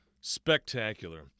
Spectacular